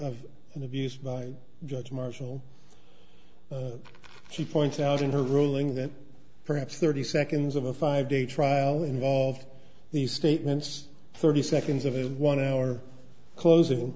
of an abused by judge marshall she points out in her ruling that perhaps thirty seconds of a five day trial involved these statements thirty seconds of a one hour